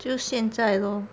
就现在 lor